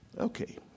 Okay